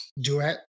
Duet